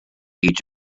age